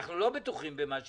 אנחנו לא בטוחים במה שיקרה.